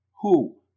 Who